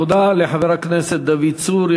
תודה לחבר הכנסת דוד צור.